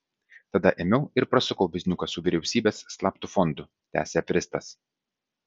tada ėmiau ir prasukau bizniuką su vyriausybės slaptu fondu tęsė aferistas